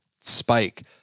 spike